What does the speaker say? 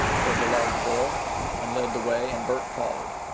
said the larger boy and led the way, and bert followed.